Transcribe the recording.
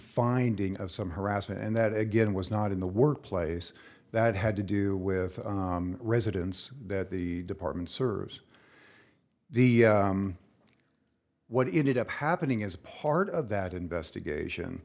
finding of some harassment and that again was not in the work place that had to do with residents that the department serves the what it did up happening as part of that investigation